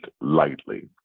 lightly